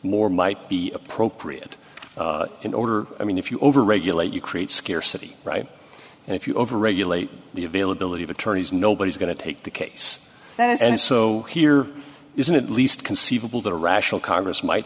more might be appropriate in order i mean if you overregulate you create scarcity right and if you over regulate the availability of attorneys nobody's going to take the case that is and so here isn't at least conceivable that a rational congress might